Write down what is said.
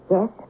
Yes